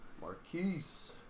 Marquise